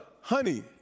Honey